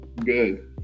Good